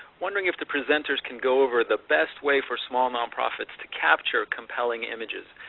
wondering if the presenters can go over the best way for small nonprofits to capture compelling images?